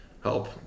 help